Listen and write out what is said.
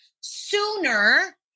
sooner